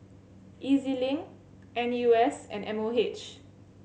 E Z Link N U S and M O H